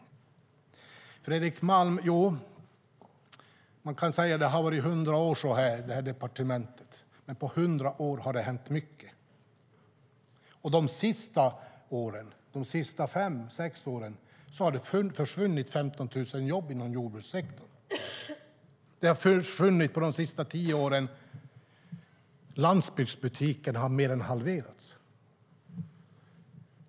Ja, Fredrik Malm, man kan säkert säga att så här har det här departementet varit i hundra år. Men på hundra år har det hänt mycket. Under de senaste fem sex åren har det försvunnit 15 000 jobb inom jordbrukssektorn. På de senaste tio åren har antalet landsbygdsbutiker mer än halverats.